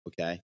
Okay